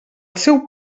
seu